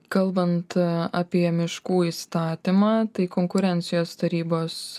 kalbant apie miškų įstatymą tai konkurencijos tarybos